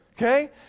Okay